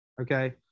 Okay